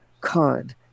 cod